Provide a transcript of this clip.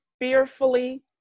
fearfully